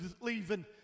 leaving